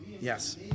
Yes